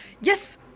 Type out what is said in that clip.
Yes